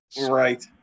right